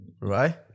Right